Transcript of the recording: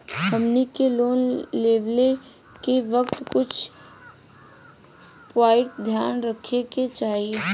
हमनी के लोन लेवे के वक्त कुछ प्वाइंट ध्यान में रखे के चाही